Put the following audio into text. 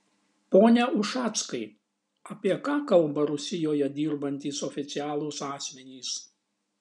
pone ušackai apie ką kalba rusijoje dirbantys oficialūs asmenys